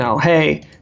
hey